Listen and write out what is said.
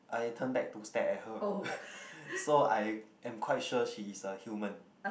I turned back to stare at her so I am quite sure she is a human